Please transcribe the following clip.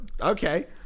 okay